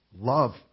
Love